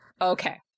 Okay